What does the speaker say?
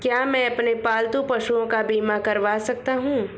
क्या मैं अपने पालतू पशुओं का बीमा करवा सकता हूं?